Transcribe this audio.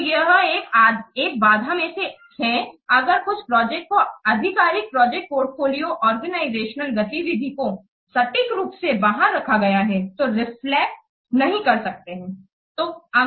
तो यह एक बाधा मे से है अगर कुछ प्रोजेक्ट को आधिकारिक प्रोजेक्ट पोर्टफोलियो ऑर्गेनाइजेशनल गतिविधि को सटीक रूप से बाहर रखा गया है तो रिफ्लेक्ट नहीं कर सकते है